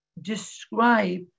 describe